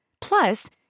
Plus